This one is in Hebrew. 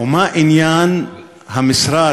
או מה עניין המשרד,